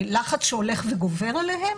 לחץ שהולך וגובר עליהם,